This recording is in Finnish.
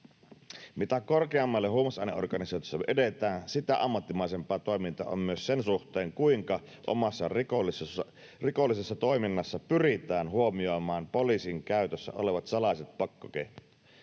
Mitä korkeammalle huumausaineorganisaatiossa edetään, sitä ammattimaisempaa toiminta on myös sen suhteen, kuinka omassa rikollisessa toiminnassa pyritään huomioimaan poliisin käytössä olevat salaiset pakkokeinot.